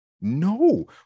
no